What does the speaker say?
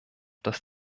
dass